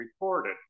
reported